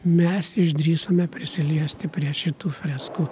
mes išdrįsome prisiliesti prie šitų freskų